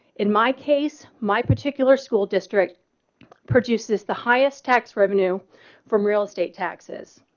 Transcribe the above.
in my case, my particular school district produces the highest tax revenue from real estate taxes.